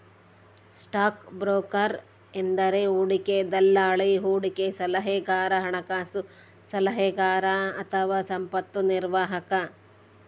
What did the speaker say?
stock broker ಎಂದರೆ ಹೂಡಿಕೆ ದಲ್ಲಾಳಿ, ಹೂಡಿಕೆ ಸಲಹೆಗಾರ, ಹಣಕಾಸು ಸಲಹೆಗಾರ ಅಥವಾ ಸಂಪತ್ತು ನಿರ್ವಾಹಕ